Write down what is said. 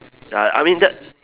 ya I mean that